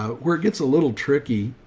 ah where it gets a little tricky.